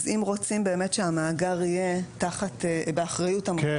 אז אם רוצים שהמאגר יהיה באחריות המוסד